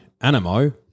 Animo